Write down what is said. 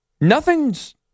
nothing's